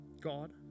God